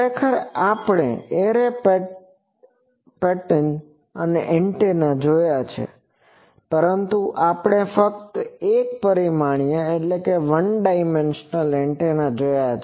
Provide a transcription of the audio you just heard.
ખરેખર આપણે array antenna જોયા છે પરંતુ આપણે ફક્ત એક પરિમાણીય એન્ટેના જોયા છે